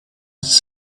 its